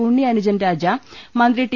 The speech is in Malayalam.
ഉണ്ണി അനുജൻ രാജ മന്ത്രി ടി